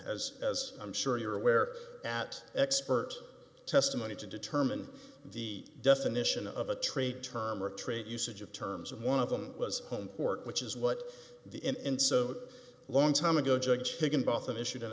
as as i'm sure you're aware at expert testimony to determine the definition of a trade term or trade usage of terms of one of them was home court which is what the in so long time ago judge higginbotham issued an